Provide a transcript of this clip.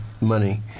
money